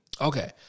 Okay